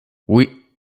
oui